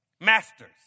masters